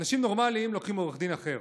אנשים נורמליים לוקחים עורך דין אחר.